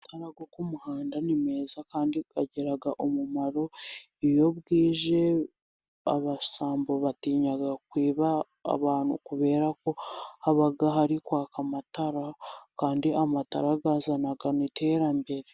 Amatara yo ku muhanda ni meza kandi agira umumaro, iyo bwije abasambo batinya kwiba abantu kubera ko haba hari kwaka amatara, kandi amatara azanana iterambere.